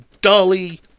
Dolly